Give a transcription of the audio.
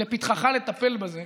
לפתחך לטפל בזה,